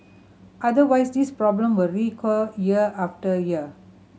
otherwise this problem will recur year after year